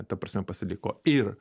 ta prasme pasiliko ir